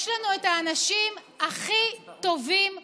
יש לנו את האנשים הכי טובים בעולם: